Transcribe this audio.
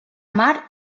mar